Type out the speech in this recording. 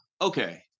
Okay